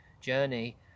journey